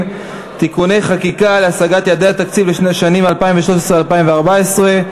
(תיקוני חקיקה להשגת יעדי התקציב לשנים 2013 ו-2014),